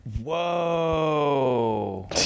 Whoa